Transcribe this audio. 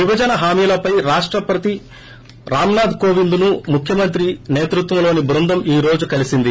విభజన హామీలపై రాష్టపతి రామ్నాథ్ కోవింద్ను ముఖ్యమంత్రి సేతృత్వంలోని బృందం ఈ రోజు కలిసింది